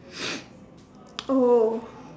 oh